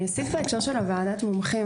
אני אוסיף בהקשר של ועדת המומחים.